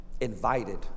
invited